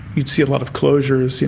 you'd see a lot of closures,